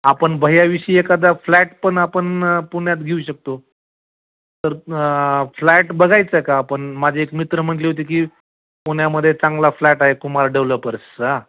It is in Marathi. आपण भय्याविषयी एखादा फ्लॅट पण आपण पुण्यात घेऊ शकतो तर फ्लॅट बघायचा का आपण माझे एक मित्र म्हटले होते की पुण्यामध्ये चांगला फ्लॅट आहे कुमार डेव्हलपर्स आ